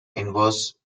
inverse